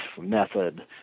method